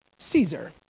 Caesar